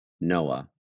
Noah